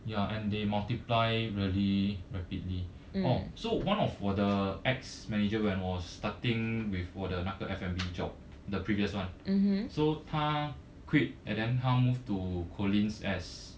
ya and they multiply really rapidly orh so one of 我的 ex manager when 我 starting with 我的那个 F&B job the previous one so 他 quit and then 他 move to collin's as